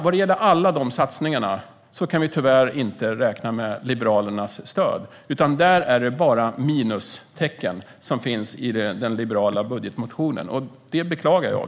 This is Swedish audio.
Vad gäller alla de satsningarna kan vi tyvärr inte räkna med Liberalernas stöd, utan där är det bara minustecken i den liberala budgetmotionen. Det beklagar jag.